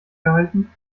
gehalten